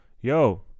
yo